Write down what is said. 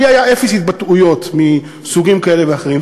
לי היו אפס התבטאויות מסוגים כאלה ואחרים,